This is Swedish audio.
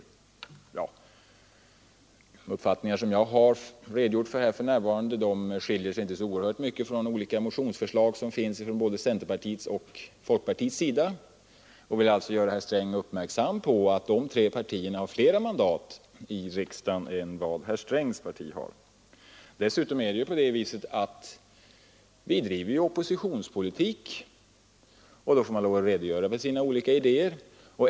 De uppfattningar som jag nu redogjort för skiljer sig inte mycket från olika motionsförslag som lagts fram från både centerpartiet och folkpartiet. Jag vill göra herr Sträng uppmärksam på att de tre partierna har fler mandat i riksdagen än herr Strängs parti. Dessutom driver vi oppositionspolitik, och gör man det får man lov att redogöra för sina olika idéer.